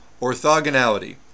orthogonality